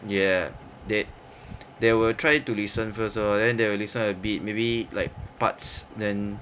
ya they they will try to listen first lor then they will listen a bit maybe like parts then